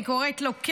אני קוראת לו,